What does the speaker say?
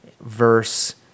verse